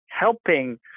helping